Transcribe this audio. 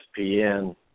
ESPN